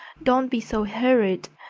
don't be so hurried!